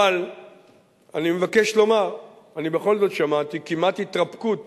אבל אני מבקש לומר, בכל זאת שמעתי כמעט התרפקות